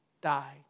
die